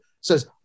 says